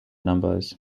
numbers